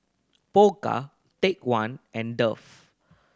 Pokka Take One and Dove